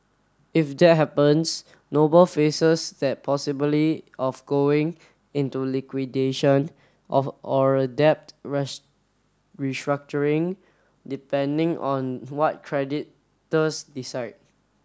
if that happens Noble faces that possibly of going into liquidation of or a debt rash restructuring depending on what creditors decide